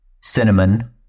cinnamon